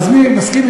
עם מפח הנפש,